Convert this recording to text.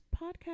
podcast